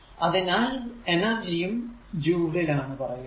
അതിനാൽ എനെർജിയും ജൂൾ ൽ ആണ് പറയുക